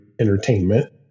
entertainment